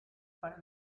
para